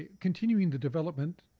continuing the development,